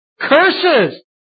Curses